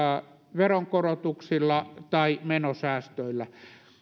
veronkorotuksilla tai menosäästöillä